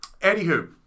Anywho